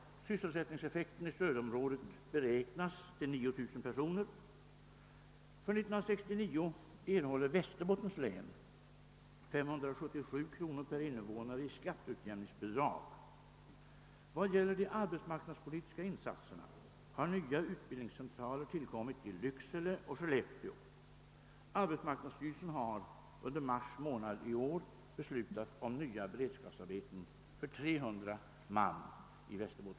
Sysselsättningseffekten i stödområdet beräknas till 9 000 personer. För 1969 erhåller Västerbottens län 577 kronor per invånare i skatteutjämningsbidrag. Vad gäller de arbetsmarknadspolitiska insatserna har nya utbildningscentraler tillkommit i Lycksele och Skellefteå. Arbetsmarknadsstyrelsen har under mars månad i år beslutat om nya beredskapsarbeten för 300 man i länet.